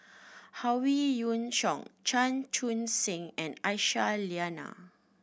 Howe Yoon Chong Chan Chun Sing and Aisyah Lyana